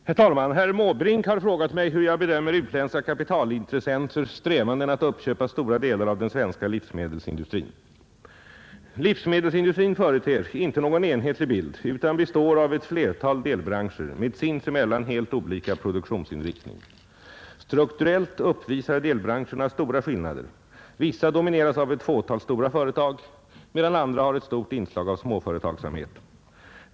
Herr talman! Herr Måbrink har frågat mig hur jag bedömer utländska kapitalintressenters strävanden att uppköpa stora delar av den svenska livsmedelsindustrin. Livsmedelsindustrin företer inte någon enhetlig bild utan består av ett flertal delbranscher med sinsemellan helt olika produktionsinriktning. Strukturellt uppvisar delbranscherna betydande skillnader — vissa domineras av ett fåtal stora företag medan andra har ett starkt inslag av småföretagsamhet.